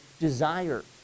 desire